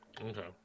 okay